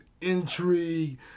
intrigue